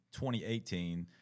2018